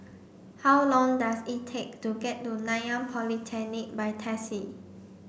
how long does it take to get to Nanyang Polytechnic by taxi